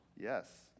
yes